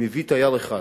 מביא תייר אחד,